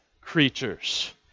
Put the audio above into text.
creatures